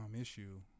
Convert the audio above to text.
issue